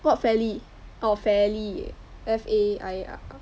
what fairly oh fairly F A I R